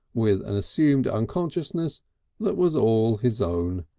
with an assumed unconsciousness that was all his own.